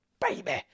baby